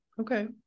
Okay